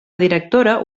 directora